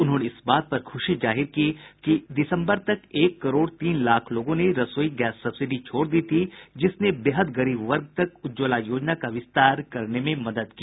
उन्होंने इस बात पर खुशी जाहिर की कि दिसंबर तक एक करोड़ तीन लाख लोगों ने रसोई गैस सब्सिडी छोड़ दी थी जिसने बेहद गरीब वर्ग तक उज्ज्वला योजना का विस्तार करने में मदद की